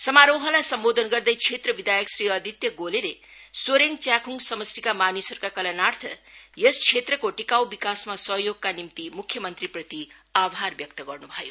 समारोहलाई सम्बोधन गर्दै क्षेत्र विधायक श्री अदित्य गोलेले सोरेङ च्याखुङ समष्टिका मानिसहरूका कल्याणार्थ यस क्षेत्रको टिकाऊ विकासमा सहयोगका निम्ति मुख्यमन्त्रीप्रति आभार व्यक्त गर्नु भयो